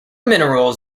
minerals